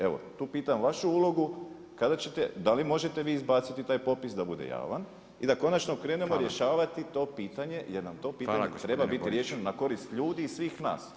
Evo tu pitam vašu ulogu, da li možete vi izbaciti taj popis da bude javan i da konačno krenemo rješavati to pitanje jer nam to pitanje treba biti riješeno na korist ljudi i svih nas?